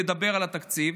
לדבר על התקציב,